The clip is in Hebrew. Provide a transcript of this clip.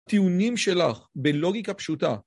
‫טיעונים שלך בלוגיקה פשוטה.